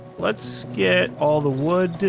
let's get all the wood